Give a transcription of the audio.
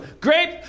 Grape